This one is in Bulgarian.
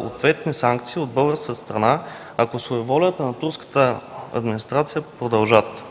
ответни санкции от българската страна, ако своеволията на турската администрация продължат?